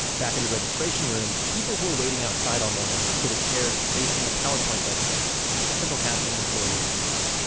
back in the registration room, the people who are waiting outside all morning sit at chairs facing a powerpoint presentation. a central casting employee comes out